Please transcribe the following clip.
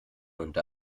unter